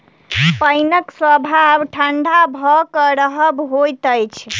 पाइनक स्वभाव ठंढा भ क रहब होइत अछि